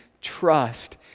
trust